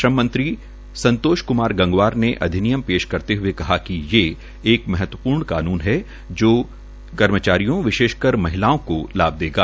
श्रम मंत्री संतोश क्मार गंगवार ने अधिनियम पेश करते हुए कहा कि एक महत्वपूर्ण कानून है जो कर्मचारियों विशेषकर महिलाओं को लाभ देगा